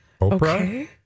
Oprah